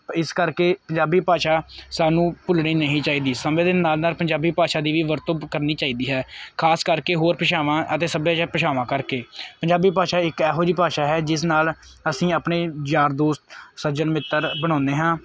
ਪੰ ਇਸ ਕਰਕੇ ਪੰਜਾਬੀ ਭਾਸ਼ਾ ਸਾਨੂੰ ਭੁੱਲਣੀ ਨਹੀਂ ਚਾਹੀਦੀ ਸਮੇਂ ਦੇ ਨਾਲ ਨਾਲ ਪੰਜਾਬੀ ਭਾਸ਼ਾ ਦੀ ਵੀ ਵਰਤੋਂ ਕਰਨੀ ਚਾਹੀਦੀ ਹੈ ਖ਼ਾਸ ਕਰਕੇ ਹੋਰ ਭਾਸ਼ਾਵਾਂ ਅਤੇ ਸੱਭਿਆਚਾਰ ਭਾਸ਼ਾਵਾਂ ਕਰਕੇ ਪੰਜਾਬੀ ਭਾਸ਼ਾ ਇੱਕ ਇਹੋ ਜਿਹੀ ਭਾਸ਼ਾ ਹੈ ਜਿਸ ਨਾਲ ਅਸੀਂ ਆਪਣੇ ਯਾਰ ਦੋਸਤ ਸੱਜਣ ਮਿੱਤਰ ਬਣਾਉਂਦੇ ਹਾਂ